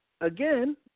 again